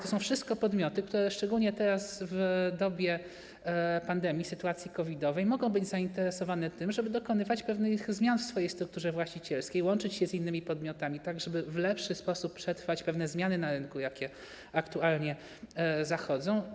To wszystko podmioty, które szczególnie teraz, w dobie pandemii, sytuacji COVID-owej, mogą być zainteresowane tym, żeby dokonywać pewnych zmian w swojej strukturze właścicielskiej, łączyć się z innymi podmiotami, tak żeby w lepszy sposób przetrwać pewne zmiany na rynku, jakie aktualnie zachodzą.